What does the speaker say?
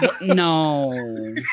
no